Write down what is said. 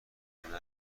هنر